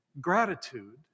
gratitude